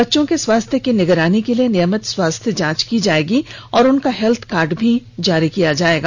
बच्चों के स्वास्थ्य की निगरानी के लिए नियमित स्वास्थ्य जांच की जाएगी और उनका हेल्थ कार्ड भी जारी किया जाएगा